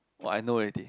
!wah! I know ready